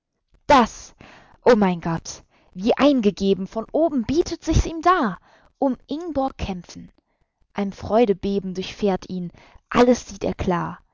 das o mein gott wie eingegeben von oben bietet sich's ihm dar um ingborg kämpfen ein freudebeben durchfährt ihn alles sieht er klar